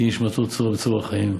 תהא נשמתו צרורה בצרור החיים.